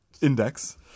Index